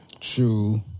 true